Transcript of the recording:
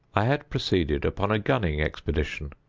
i had proceeded, upon a gunning expedition,